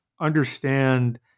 understand